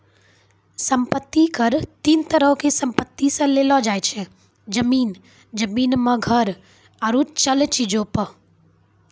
सम्पति कर तीन तरहो के संपत्ति से लेलो जाय छै, जमीन, जमीन मे घर आरु चल चीजो पे